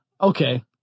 okay